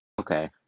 Okay